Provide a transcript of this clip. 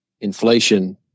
inflation